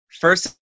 first